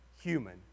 human